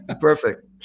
perfect